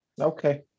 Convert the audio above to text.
Okay